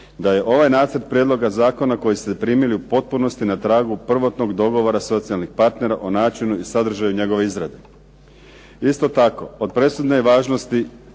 da je ovaj Nacrt prijedloga zakona koji ste primili u potpunosti na tragu prvotnog dogovora socijalnih partnera o načinu i sadržaju njegove izrade. Isto tako, od presudne je važnosti